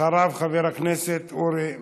אחריו, חבר הכנסת אורי מקלב.